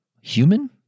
human